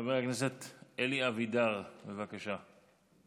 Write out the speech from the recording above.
חבר הכנסת אלי אבידר, בבקשה.